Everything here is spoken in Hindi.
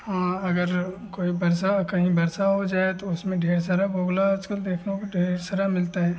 हाँ अगर कोई बरसा कहीं बरसा हो जाए तो उसमें ढेर सारा बगुला आजकल देखने को ढेर सारा मिलता है